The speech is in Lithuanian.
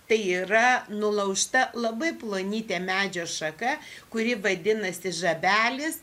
tai yra nulaužta labai plonytė medžio šaka kuri vadinasi žabelis